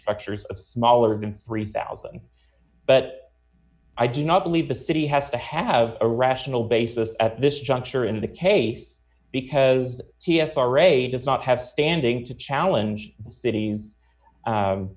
structures of smaller than three thousand but i do not believe the city has to have a rational basis at this juncture in the case because he f r a does not have standing to challenge city